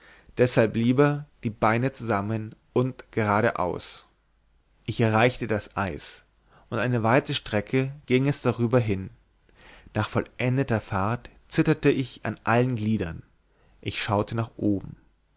deshalb lieber die beine zusammen und geradeaus ich erreichte das eis und eine weite strecke ging es darüber hin nach vollendeter fahrt zitterte ich an allen gliedern ich schaute nach oben